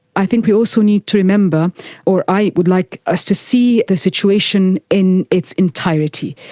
i think we also need to remember or i would like us to see the situation in its entirety.